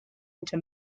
into